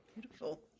Beautiful